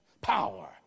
power